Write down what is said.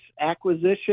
acquisition